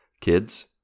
kids